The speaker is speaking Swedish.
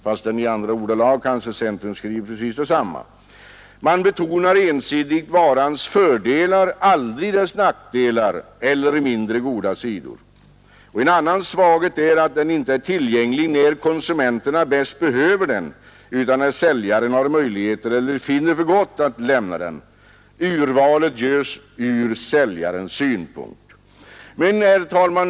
Fastän i andra ordalag kanske centern skriver precis detsamma. Reklamen betonar ensidigt varans fördelar, aldrig dess nackdelar eller mindre goda sidor. En annan svaghet är att den inte är tillgänglig när konsumenterna bäst behöver den utan när säljaren har möjlighet eller finner för gott att lämna den. Urvalet görs från säljarens synpunkt. Herr talman!